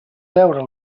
veure